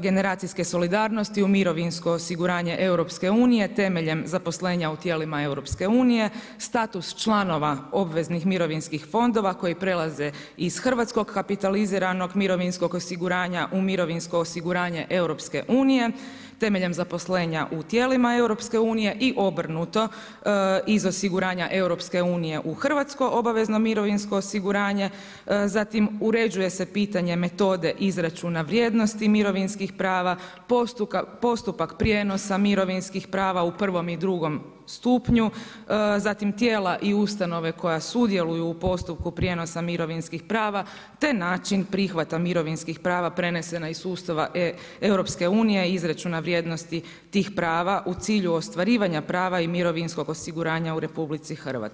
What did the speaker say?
generacijske solidarnosti u mirovinsko osiguranje EU-a temeljem zaposlenja u tijelima EU-a, status članova obveznih mirovinskih fondova koji prelaze iz hrvatskog kapitaliziranog mirovinskog osiguranja u mirovinsko osiguranje EU-a temelj zaposlenja u tijela EU-a i obrnuto, iz osiguranja EU-a u hrvatsko obavezno mirovinsko osiguranje, zatim uređuje se pitanje metode izračuna vrijednosti mirovinskih prava, postupak prijenosa mirovinskih prava u prvom i drugom stupnju, zatim tijela i ustanove koje sudjeluju u postupku prijenosa mirovinskih prava te način prihvata mirovinskih prava prenesena iz sustava EU-a i izračuna vrijednosti tih prava u cilju ostvarivanja prava i mirovinskog osiguranja u RH.